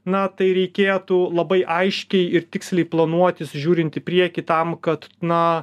na tai reikėtų labai aiškiai ir tiksliai planuotis žiūrint į priekį tam kad na